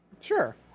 Sure